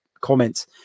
comments